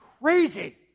crazy